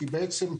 כי בעצם גורעים,